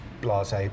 blase